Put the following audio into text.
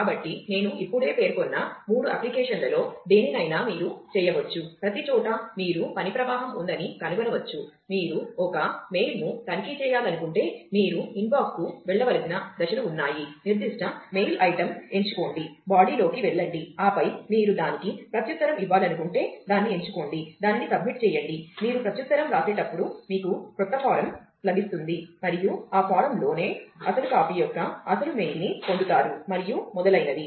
కాబట్టి నేను ఇప్పుడే పేర్కొన్న 3 అప్లికేషన్లలో దేనినైనా మీరు చేయవచ్చు ప్రతిచోటా మీరు పని ప్రవాహం ఉందని కనుగొనవచ్చు మీరు ఒక మెయిల్ను తనిఖీ చేయాలనుకుంటే మీరు ఇన్బాక్స్కు వెళ్లవలసిన దశలు ఉన్నాయి నిర్దిష్ట మెయిల్ ఐటెమ్ ఎంచుకోండి బాడీ లభిస్తుంది మరియు ఆ ఫారమ్లోనే అసలు కాపీ యొక్క అసలు మెయిల్ ని పొందుతారు మరియు మొదలైనవి